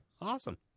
Awesome